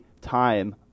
time